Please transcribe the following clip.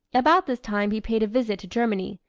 about this time he paid a visit to germany,